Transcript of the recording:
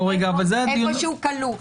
שם הוא כלוא.